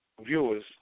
viewers